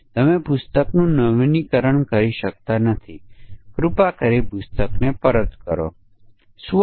હવે આપણે તે સમસ્યામાં એક ભિન્નતા જોઈએ અને જોઈએ કે શું આપણે તે કરવામાં સક્ષમ છીએ